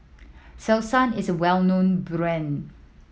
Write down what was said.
Selsun is a well known brand